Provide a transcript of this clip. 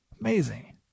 Amazing